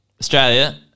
Australia